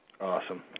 Awesome